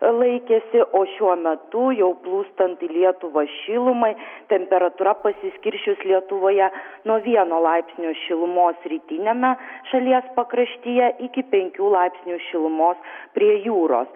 laikėsi o šiuo metu jau plūstant į lietuvą šilumai temperatūra pasiskirsčius lietuvoje nuo vieno laipsnio šilumos rytiniame šalies pakraštyje iki penkių laipsnių šilumos prie jūros